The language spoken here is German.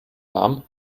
warm